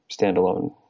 standalone